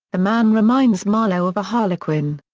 the man reminds marlow of a harlequin.